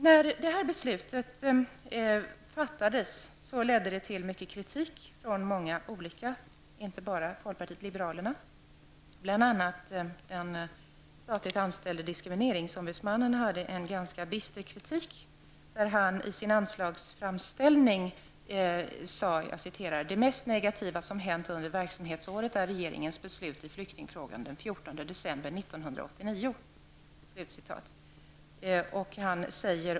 När detta beslut fattades kritiserades det från många olika håll, inte bara från folkpartiet liberalerna. Den statligt anställde diskrimineringsombudsmannens kritik var ganska bister. I sin anslagsframställning skrev han: ''Det mest negativa som hänt under verksamhetsåret är regeringens beslut i flyktingfrågan den 14 december 1989''.